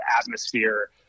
atmosphere